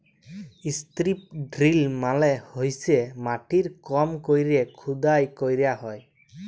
strip drill মালে হইসে মাটির কম কইরে খুদাই ক্যইরা হ্যয়